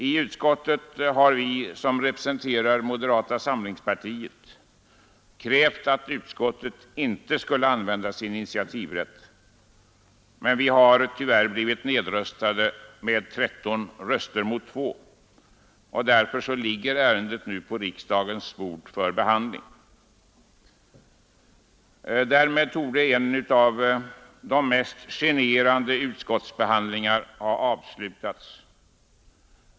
I utskottet har vi som representerar moderata samlingspartiet krävt att utskottet inte skulle använda sin initiativrätt, men vi har tyvärr blivit nedröstade med 13 röster mot 2, och därför ligger ärendet nu på riksdagens bord för behandling. Därmed torde en av de mest generande utskottsbehandlingar som förekommit ha avslutats.